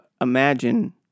imagine